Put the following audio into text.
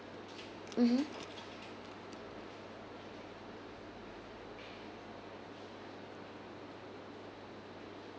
(uh huh)